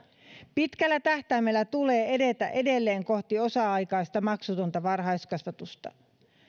pitkällä tähtäimellä tulee edetä edelleen kohti osa aikaista maksutonta varhaiskasvatusta